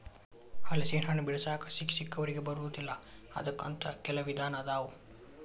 ಹಲಸಿನಹಣ್ಣ ಬಿಡಿಸಾಕ ಸಿಕ್ಕಸಿಕ್ಕವರಿಗೆ ಬರುದಿಲ್ಲಾ ಅದಕ್ಕ ಅಂತ ಕೆಲ್ವ ವಿಧಾನ ಅದಾವ